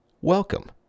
welcome